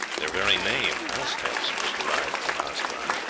their very name, aztecs, was derived from aztlan.